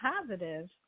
positive